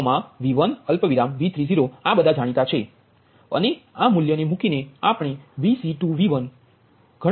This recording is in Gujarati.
તેથી V20 V1 V30 આ બધા જાણીતા છે અને આ મૂલ્યને મૂકીને આપણે Vc21 ગણતરી કરી શકીએ છીએ